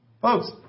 Folks